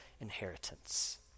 inheritance